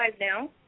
now